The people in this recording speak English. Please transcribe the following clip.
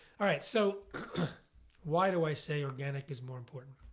right, so why do i say organic is more important?